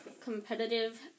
competitive